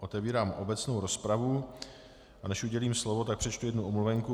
Otevírám obecnou rozpravu, a než udělím slovo, přečtu jednu omluvenku.